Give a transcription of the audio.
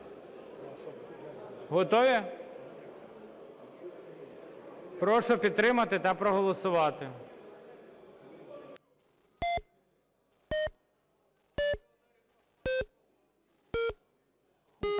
Готові? Прошу підтримати та проголосувати.